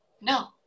no